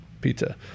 pizza